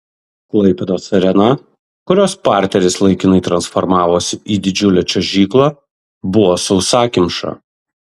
klaipėdos arena kurios parteris laikinai transformavosi į didžiulę čiuožyklą buvo sausakimša